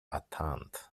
attentes